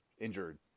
injured